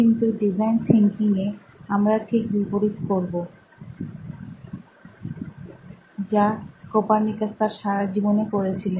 কিন্তু ডিজাইন থিঙ্কিংএ আমরা ঠিক বিপরীত করবো যা কোপার্নিকাস তাঁর সারা জীবনে করেছিলেন